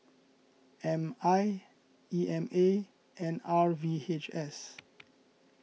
M I E M A and R V H S